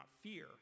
fear